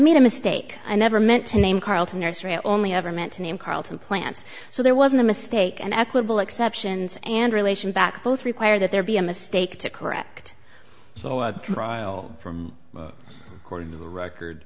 made a mistake i never meant to name carlton nursery only ever meant to name carlton plants so there wasn't a mistake and equable exceptions and relation back both require that there be a mistake to correct so at trial from the record